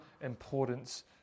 importance